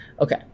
Okay